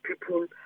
people